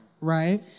Right